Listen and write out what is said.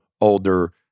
older